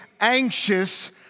anxious